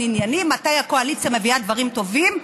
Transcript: ענייני מתי הקואליציה מביאה דברים טובים,